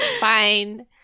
Fine